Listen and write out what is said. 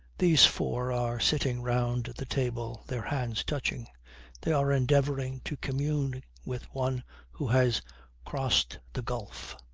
these four are sitting round the table, their hands touching they are endeavouring to commune with one who has crossed the gulf